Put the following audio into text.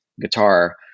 guitar